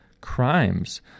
crimes